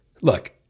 Look